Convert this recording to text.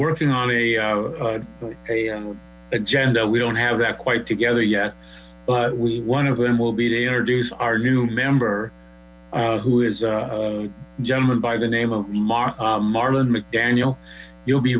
working on a a agenda we don't have that quite together yet but one of them will be to introduce our new member who is a gentleman by the name of mark marlin mcdaniel you'll be